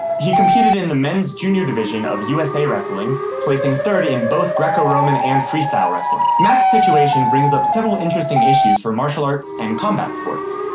he competed in the men's junior division of usa wrestling, placing third in both greco-roman and freestyle wrestling. mack's situation brings up several interesting issues for martial arts and combat sports.